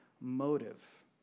motive